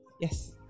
Yes